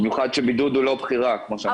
במיוחד שבידוד הוא לא בחירה כמו שאנחנו יודעים,